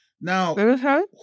Now